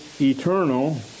eternal